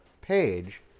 page